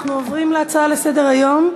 אנחנו עוברים להצעות לסדר-היום בנושא: